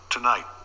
Tonight